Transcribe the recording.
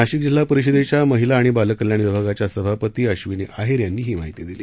नाशिक जिल्हा परिषदेच्या महिला आणि बालकल्याण विभागाच्या सभापती अश्विनी आहेर यांनी दिली